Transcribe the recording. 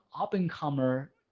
up-and-comer